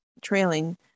trailing